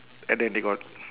and then they got